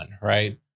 right